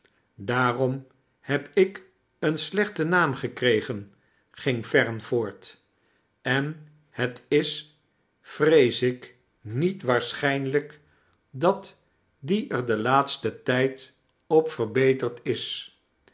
daarom heb ik een slechten naam geknegen ging fern voort en het is vrees ik niet waarschijnlijk dat die er den laatsten tijd op verbeterd is